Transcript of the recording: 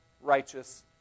righteous